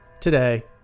Today